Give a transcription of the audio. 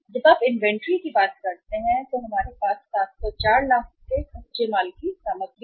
जब आप आविष्कारों की बात करते हैं तो हमारे पास 704 लाख के कच्चे माल की सूची है